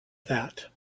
that